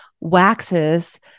waxes